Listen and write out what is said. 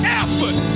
effort